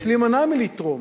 יש להימנע מלתרום.